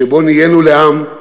שבו נהיינו לעם,